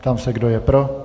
Ptám se, kdo je pro.